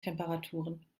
temperaturen